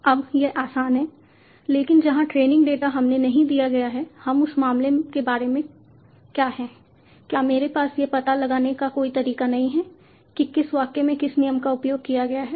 अब यह आसान है लेकिन जहां ट्रेनिंग डेटा हमें नहीं दिया गया है उस मामले के बारे में क्या है क्या मेरे पास यह पता लगाने का कोई तरीका नहीं है कि किस वाक्य में किस नियम का उपयोग किया गया है